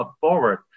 forward